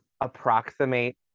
approximate